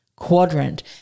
quadrant